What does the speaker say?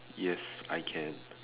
yes I can